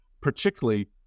particularly